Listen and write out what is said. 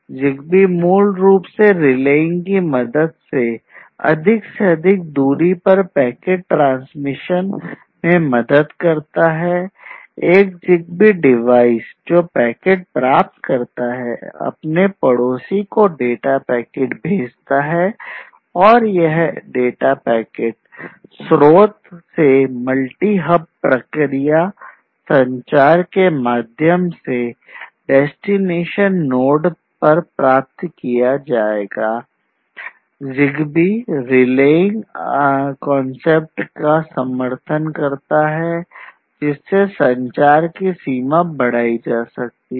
ZigBee मूल रूप से रिलेइंग का समर्थन करता है जिससे संचार की सीमा बढ़ाई जा सकती है